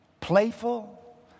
Playful